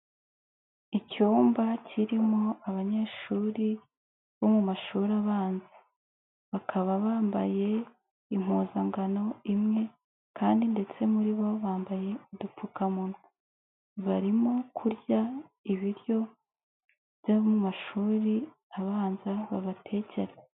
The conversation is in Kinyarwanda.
Icyumba kirimo abanyeshuri bo mu mashuri abanza, bakaba bambaye impuzankano imwe kandi ndetse muri bo bambaye udupfukamunwa, barimo kurya ibiryo by'abo mu mashuri abanza babatekera.